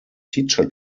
teacher